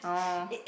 oh